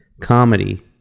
comedy